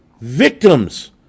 victims